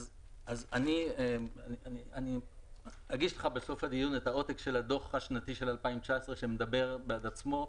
אני אגיש לך בסוף הדיון את העותק של הדוח השנתי של 2019 שמדבר בעד עצמו.